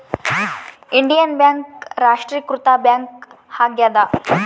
Indian Bank ರಾಷ್ಟ್ರೀಕೃತ bank ಆಗ್ಯಾದ